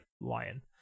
lion